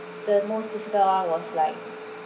the most difficult one was like